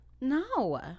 no